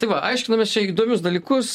tai va aiškinamės čia įdomius dalykus